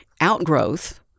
outgrowth